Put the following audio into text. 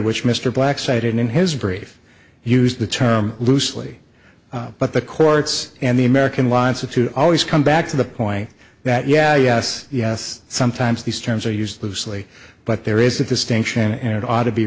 which mr black cited in his brief use the term loosely but the courts and the american lives have to always come back to the point that yeah yes yes sometimes these terms are used loosely but there is that the stench and it ought to be